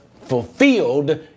fulfilled